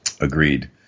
Agreed